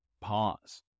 pause